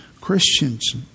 Christians